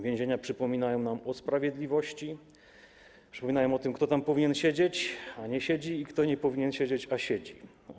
Więzienia przypominają nam o sprawiedliwości, przypominają o tym, kto tam powinien siedzieć, a nie siedzi, i kto nie powinien siedzieć, a siedzi.